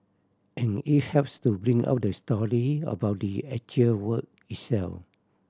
and it helps to bring out the story about the actual work itself